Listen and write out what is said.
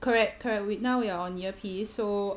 correct correct now we are on ear piece so